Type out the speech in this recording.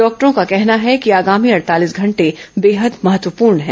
डॉक्टरों का कहना है कि आगामी अड़तालीस घंटे बेहद महत्वपूर्ण है